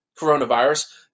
coronavirus